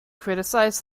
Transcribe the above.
criticize